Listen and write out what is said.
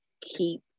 keep